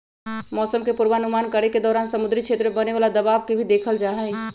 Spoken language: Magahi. मौसम के पूर्वानुमान करे के दौरान समुद्री क्षेत्र में बने वाला दबाव के भी देखल जाहई